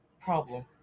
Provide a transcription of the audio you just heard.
problem